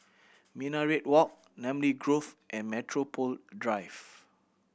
Minaret Walk Namly Grove and Metropole Drive